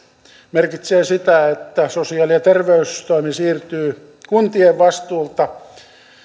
merkitsee sitä että sosiaali ja terveystoimi siirtyy kuntien vastuulta